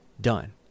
done